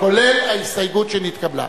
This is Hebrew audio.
כולל ההסתייגות שנתקבלה.